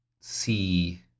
see